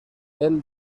del